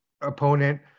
opponent